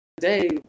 today